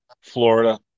Florida